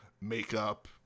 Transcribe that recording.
makeup